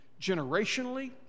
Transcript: generationally